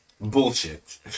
Bullshit